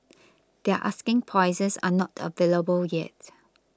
their asking prices are not available yet